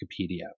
Wikipedia